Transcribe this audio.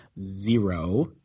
zero